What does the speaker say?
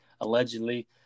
allegedly